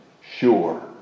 sure